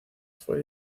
fue